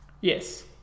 Yes